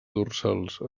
dorsals